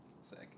Sick